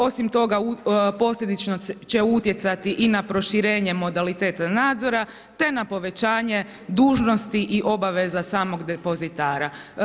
Osim toga posljedično će utjecati i na proširenje modaliteta nadzora te na povećanje dužnosti i obaveza samog depozitara.